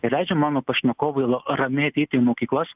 ir leidžiam mano pašnekovui lo ramiai ateiti į mokyklas